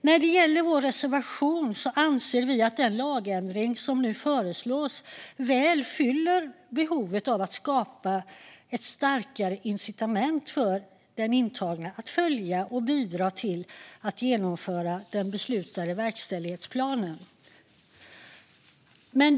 När det gäller vår reservation anser vi att den lagändring som nu föreslås väl fyller behovet av att skapa ett starkare incitament för en intagen att följa och bidra till att genomföra den beslutade verkställighetsplanen.